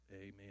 amen